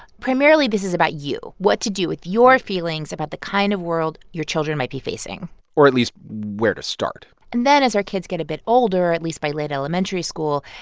primarily, this is about you what to do with your feelings about the kind of world your children might be facing or, at least, where to start and then as our kids get a bit older, at least by late elementary school,